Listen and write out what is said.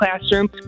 classroom